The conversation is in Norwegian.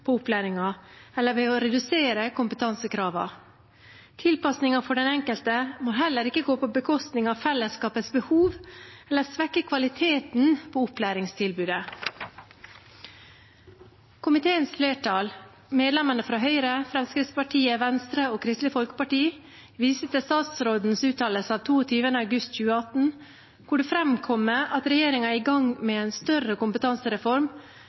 på opplæringen eller ved å redusere kompetansekravene. Tilpasninger for den enkelte må heller ikke gå på bekostning av fellesskapets behov eller svekke kvaliteten på opplæringstilbudet. Komiteens flertall, medlemmene fra Høyre, Fremskrittspartiet, Venstre og Kristelig Folkeparti, viser til statsrådens uttalelse 22. august 2018, hvor det framkommer at regjeringen er i gang med en større kompetansereform,